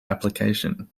application